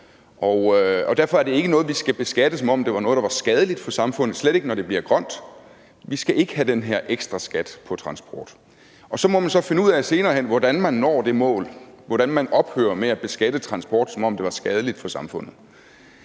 derfor ikke noget, som vi skal beskatte, som om det er noget, der er skadeligt for samfundet, slet ikke når den bliver grøn. Vi skal ikke have den her ekstraskat på transport. Så må man så senere hen finde ud af, hvordan man når det mål, hvordan man ophører med at beskatte transport, som om det er skadeligt for samfundet.